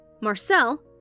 Marcel